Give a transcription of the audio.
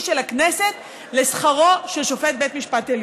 של הכנסת לשכרו של שופט בית משפט עליון.